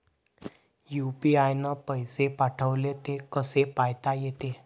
UPI न पैसे पाठवले, ते कसे पायता येते?